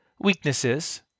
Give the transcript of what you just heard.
weaknesses